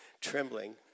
trembling